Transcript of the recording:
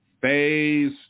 phase